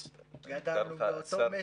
גדלנו באותו מסטינג,